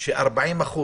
ש-40%